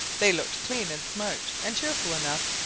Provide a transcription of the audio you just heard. they looked clean and smart, and cheerful enough,